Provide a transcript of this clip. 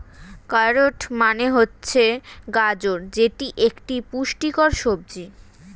carrot মানে হচ্ছে গাজর যেটি একটি পুষ্টিকর সবজি